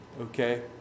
okay